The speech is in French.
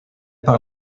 par